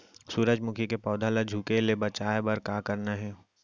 सूरजमुखी के पौधा ला झुके ले बचाए बर का करना हे?